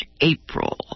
April